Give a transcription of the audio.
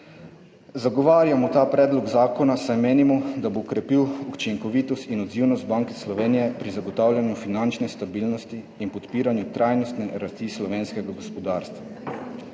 Zagovarjamo ta predlog zakona, saj menimo, da bo krepil učinkovitost in odzivnost Banke Slovenije pri zagotavljanju finančne stabilnosti in podpiranju trajnostne rasti slovenskega gospodarstva.